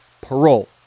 parole